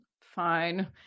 fine